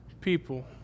people